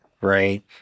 right